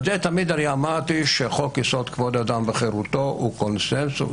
בגלל זה תמיד אמרתי שחוק יסוד: כבוד אדם וחירותו הוא קונצנזוס.